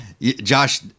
Josh